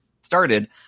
started